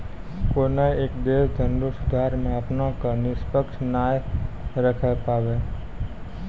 कोनय एक देश धनरो सुधार मे अपना क निष्पक्ष नाय राखै पाबै